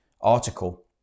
article